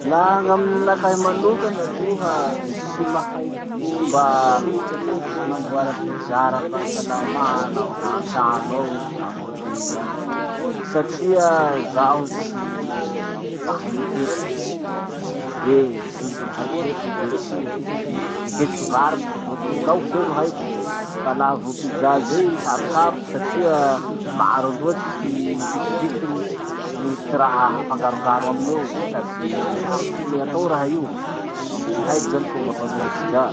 Laha gn'aminakahy manokana aloha, tsy mahay fomba fanamboara pizza ara-pahasalamàn'aho na antrano ao io na amy hotely any. Satria zaho tsy mahay miketriky. Eh! Tsy de haiko loatsy miketriky io. Miketriky vary vo noho laoky zao ro haiko. Fa laha vo pizza zay izy sarosarotsy satria maro loatsy ty pitsopitsony no ty raha afangarongaro aminy ao sady sarotsy atao raha io. Le tsy haiko zany fomba fanova pizza.